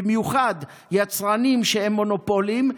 במיוחד יצרנים שהם מונופולים,